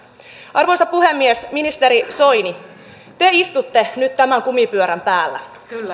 arvoisa puhemies ministeri soini te istutte nyt tämän kumipyörän päällä